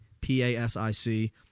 P-A-S-I-C